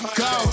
go